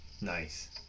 Nice